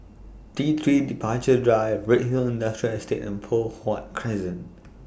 T three Departure Drive Redhill Industrial Estate and Poh Huat Crescent